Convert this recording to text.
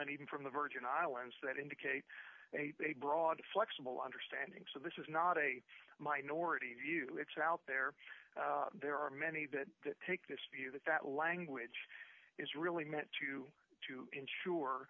and even from the virgin islands that indicate a broad flexible understanding so this is not a minority view it's out there there are many that take this view that that language is really meant to to ensure